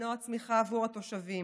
כמנוע צמיחה עבור התושבים.